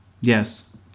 Yes